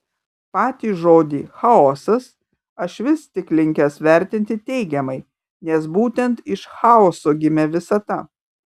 patį žodį chaosas aš vis tik linkęs vertinti teigiamai nes būtent iš chaoso gimė visata